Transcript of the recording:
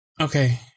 okay